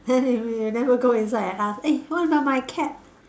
then you never go inside and ask eh what about my cat